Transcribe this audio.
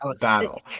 battle